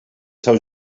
seu